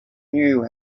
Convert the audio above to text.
knew